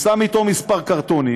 הוא שם אתו כמה קרטונים,